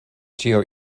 ĉio